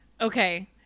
Okay